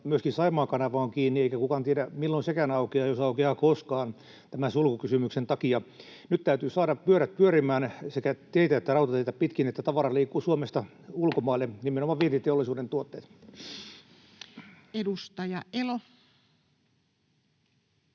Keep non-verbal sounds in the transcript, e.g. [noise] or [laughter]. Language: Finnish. Myöskin Saimaan kanava on kiinni, eikä kukaan tiedä, milloin sekään aukeaa, jos aukeaa koskaan tämän sulkukysymyksen takia. Nyt täytyy saada pyörät pyörimään sekä teitä että rautateitä pitkin, että tavara liikkuu Suomesta ulkomaille, [noise] nimenomaan vientiteollisuuden tuotteet. [Speech 547]